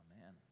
Amen